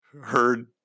heard